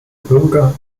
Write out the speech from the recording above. bürger